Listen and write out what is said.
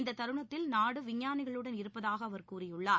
இந்தத் தருணத்தில் நாடு விஞ்ஞானிகளுடன் இருப்பதாக அவர் கூறியுள்ளார்